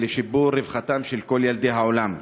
ולשיפור רווחתם של כל ילדי העולם.